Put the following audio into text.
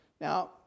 Now